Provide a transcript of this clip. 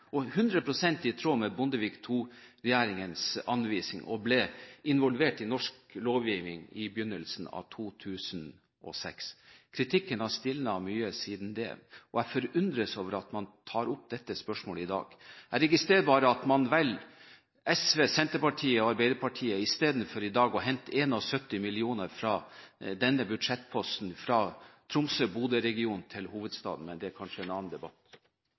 i tråd med Bondevik-II-regjeringens anvisning – og ble innarbeidet i norsk lovgivning i begynnelsen av 2006. Kritikken har stilnet mye siden da, og jeg forundres over at man tar opp dette spørsmålet i dag. Jeg registrerer bare at man velger SV, Senterpartiet og Arbeiderpartiet i stedet for i dag å hente 71 mill. kr fra denne budsjettposten fra Tromsø–Bodø-regionen til hovedstaden, men det er kanskje en annen debatt.